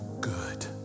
good